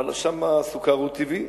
שם הסוכר הוא טבעי.